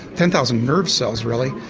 ten thousand nerve cells really.